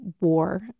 war